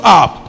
up